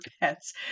pets